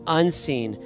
unseen